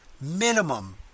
minimum